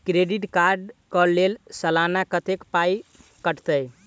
Credit card कऽ लेल सलाना कत्तेक पाई कटतै?